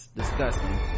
disgusting